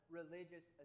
religious